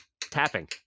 tapping